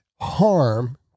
harm